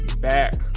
back